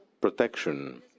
protection